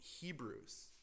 Hebrews